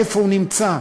איפה הוא נמצא,